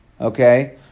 Okay